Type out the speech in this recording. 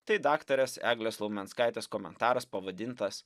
tai daktarės eglės laumenskaitės komentaras pavadintas